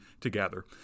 together